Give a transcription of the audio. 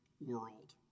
world